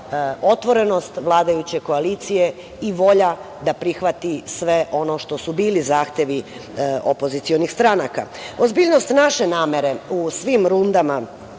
otvorenost vladajuće koalicije i volja da prihvati sve ono što su bili zahtevi opozicionih stranaka. Ozbiljnost naše namere u svim rundama